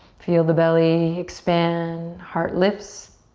feel the belly expand, heart lifts.